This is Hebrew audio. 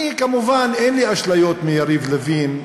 אני, כמובן, אין לי אשליות לגבי יריב לוין,